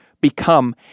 become